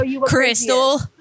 Crystal